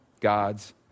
God's